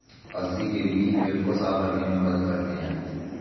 अलसी के बीज पेट को साफ़ रखने में मदद करते है